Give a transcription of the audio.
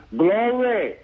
glory